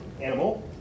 animal